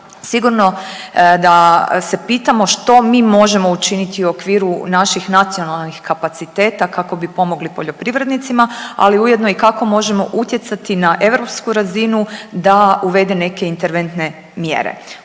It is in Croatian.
sigurno da se pitamo što mi možemo učiniti u okviru naših nacionalnih kapaciteta kako bi pomogli poljoprivrednicima, ali ujedno i kako možemo utjecati na europsku razinu da uvedene neke interventne mjere.